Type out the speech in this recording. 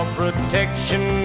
protection